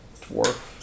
dwarf